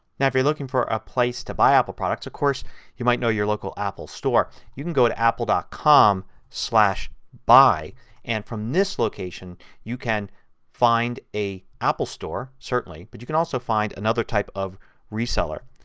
now if you looking for a place to buy apple products of course you might know your local apple store. you can go to apple dot com slash buy and from this location you can find an apple store, certainly, but you can also find another type of retail seller.